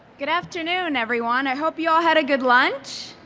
good afternoon, everyone. i hope you all had a good lunch.